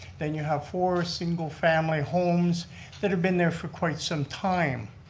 then you have four single family homes that have been there for quite some time.